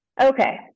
Okay